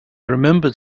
remembered